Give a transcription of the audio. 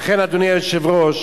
לכן, אדוני היושב-ראש,